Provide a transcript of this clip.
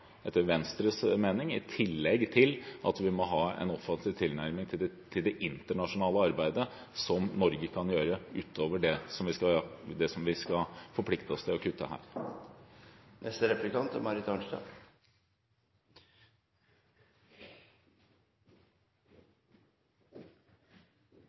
etter Venstres mening i tillegg til at vi må ha en offensiv tilnærming til det internasjonale arbeidet som Norge kan gjøre utover det vi skal forplikte oss til å kutte her.